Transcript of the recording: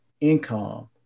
income